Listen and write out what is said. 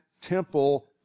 temple